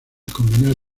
combinar